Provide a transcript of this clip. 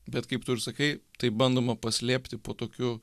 bet kaip tu ir sakai taip bandoma paslėpti po tokiu